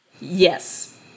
Yes